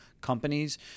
companies